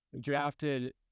Drafted